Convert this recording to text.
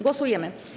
Głosujemy.